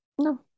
no